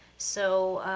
so,